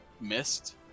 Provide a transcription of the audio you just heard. missed